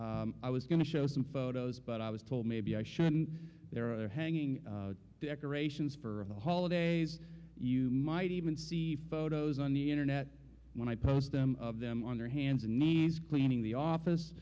office i was going to show some photos but i was told maybe i shouldn't there are hanging decorations for of the holidays you might even see photos on the internet when i post them of them on their hands and knees cleaning the office